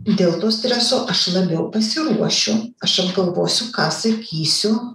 dėl to streso aš labiau pasiruošiu aš apgalvosiu ką sakysiu